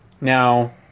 Now